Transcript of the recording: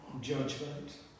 judgment